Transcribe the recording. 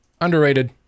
underrated